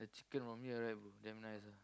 chicken from here right bro damn nice ah